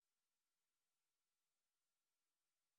לפי סעיף 9 שהאוצר עושה עם הביטוח הלאומי